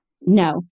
No